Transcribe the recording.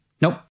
nope